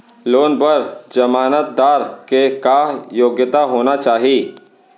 Loan बर जमानतदार के का योग्यता होना चाही?